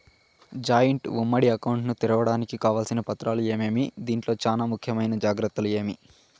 Joint ఉమ్మడి account ను తెరవడానికి కావాల్సిన పత్రాలు ఏమేమి? దీంట్లో చానా ముఖ్యమైన జాగ్రత్తలు ఏమి?